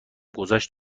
گذشت